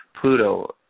Pluto